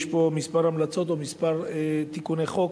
יש פה כמה המלצות או כמה תיקוני חוק